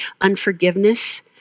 unforgiveness